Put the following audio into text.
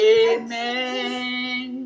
amen